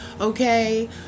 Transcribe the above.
Okay